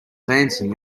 dancing